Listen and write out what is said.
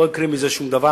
לא יקרה מזה שום דבר.